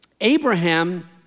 Abraham